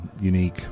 unique